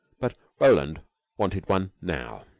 but roland wanted one now.